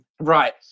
Right